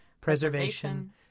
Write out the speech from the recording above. preservation